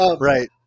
Right